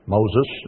Moses